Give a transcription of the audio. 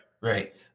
right